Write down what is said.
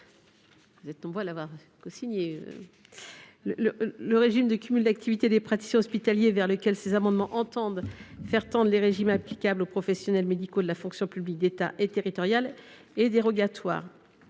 Quel est l’avis de la commission ? Le régime de cumul d’activité des praticiens hospitaliers, sur lequel ces amendements tendent à aligner les régimes applicables aux professionnels médicaux de la fonction publique d’État et territoriale, est dérogatoire.